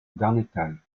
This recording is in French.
darnétal